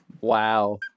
Wow